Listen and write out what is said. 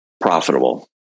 Profitable